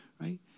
right